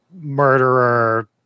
murderer